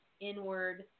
inward